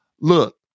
look